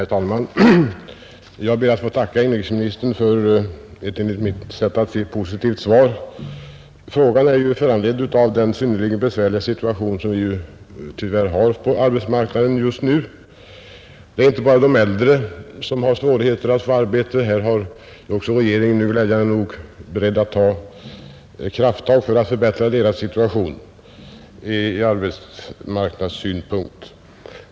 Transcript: Herr talman! Jag ber att få tacka inrikesministern för ett enligt mitt sätt att se positivt svar. Frågan är ju föranledd av den synnerligen besvärliga situation som vi tyvärr har på arbetsmarknaden just nu. Det är inte bara de äldre som har svårigheter att få arbete. Här är också regeringen nu glädjande nog beredd att ta krafttag för att förbättra deras situation ur arbetsmarknadssynpunkt.